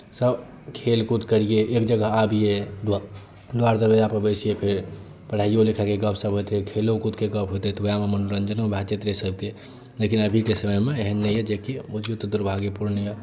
सभ खेलकूद करियै एक जगह आबियै दुआ दुआरि दरबाजापर बैसियै फेर पढ़ाइयो लिखाइयोके गप्प सप्प होइत रहै खेलोकूदके गप्प होइत रहै उएहमे मनोरञ्जनो भए जाइत रहै सभके लेकिन अभीके समयमे एहन नहि यए जेकि बुझू तऽ दुर्भाग्यपूर्ण यए